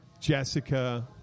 Jessica